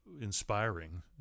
inspiring